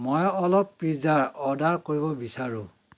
মই অলপ pizza order কৰিব বিচাৰোঁ